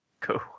cool